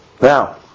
Now